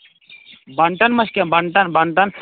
بَنٹن مہ چھُ کیٚنہہ بَنٹن بَنٹن